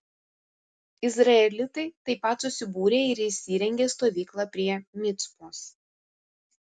izraelitai taip pat susibūrė ir įsirengė stovyklą prie micpos